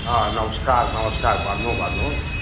अँ नमस्कार नमस्कार भन्नु भन्नु